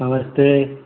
नमस्ते